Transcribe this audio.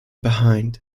behind